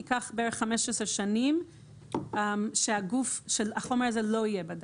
ייקחו בערך 15 שנים עד שהחומר הזה לא יהיה בדם.